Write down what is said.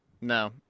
No